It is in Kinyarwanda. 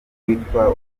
kwitwa